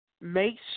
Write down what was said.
make